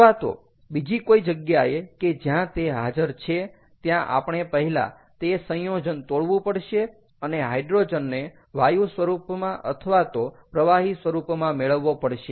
અથવા તો બીજી કોઈ જગ્યાએ કે જ્યાં તે હાજર છે ત્યાં આપણે પહેલા તે સંયોજન તોડવું પડશે અને હાઇડ્રોજનને વાયુ સ્વરૂપમાં અથવા તો પ્રવાહી સ્વરૂપમાં મેળવવો પડશે